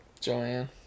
Joanne